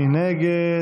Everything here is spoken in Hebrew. מי נגד?